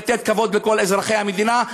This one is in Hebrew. לתת כבוד לכל אזרחי המדינה,